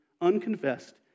unconfessed